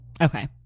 Okay